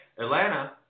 Atlanta –